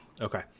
Okay